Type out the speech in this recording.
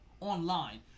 online